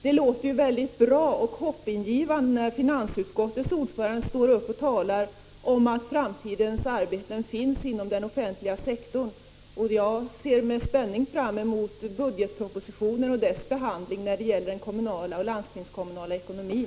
Det låter mycket bra och hoppingivande när finansutskottets ordförande står upp och talar om att framtidens arbeten finns inom den offentliga sektorn. Jag ser med spänning fram emot budgetpropositionen och dess behandling vad avser den kommunala ekonomin.